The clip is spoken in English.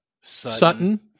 Sutton